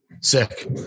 Sick